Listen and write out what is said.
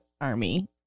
army